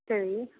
சரி